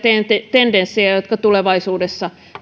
tendenssejä jotka tulevaisuudessa